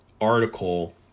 article